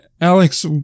alex